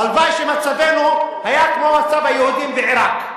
הלוואי שמצבנו היה כמו מצב היהודים בעירק.